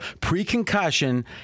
pre-concussion